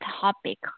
topic